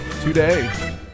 today